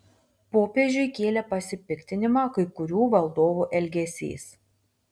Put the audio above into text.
popiežiui kėlė pasipiktinimą kai kurių valdovų elgesys